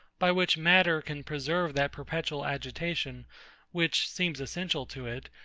by which matter can preserve that perpetual agitation which seems essential to it,